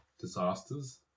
disasters